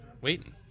Waiting